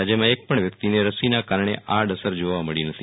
રાજયમાં એક પણ વ્યક્તિને રસીના કારણે આડઅસર જોવા મળી નથી